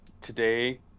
today